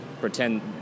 pretend